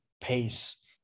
pace